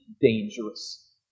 dangerous